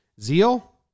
Zeal